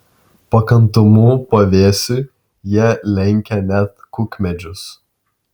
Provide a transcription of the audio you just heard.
pakantumu pavėsiui jie lenkia net kukmedžius